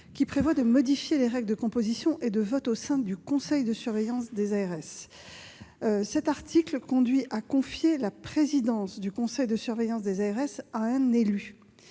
qui modifie les règles de composition et de vote au sein du conseil de surveillance des ARS. Plus précisément, cet article conduit à confier la présidence du conseil de surveillance des ARS à un élu